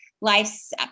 life's